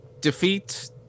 defeat